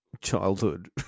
childhood